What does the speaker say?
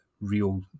real